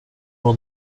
will